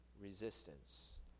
resistance